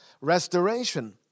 restoration